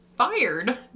Fired